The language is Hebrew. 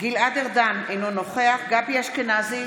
גלעד ארדן, אינו נוכח גבי אשכנזי,